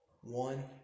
One